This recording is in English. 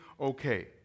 okay